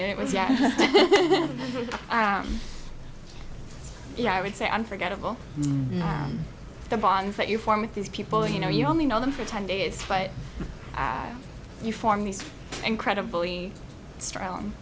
it was yeah yeah i would say unforgettable the bonds that you form with these people you know you only know them for ten days but you form these incredibly strong